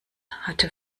hatte